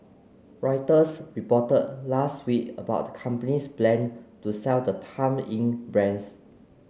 Reuters reported last week about the company's plan to sell the Time Inc brands